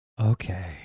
Okay